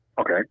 okay